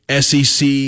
SEC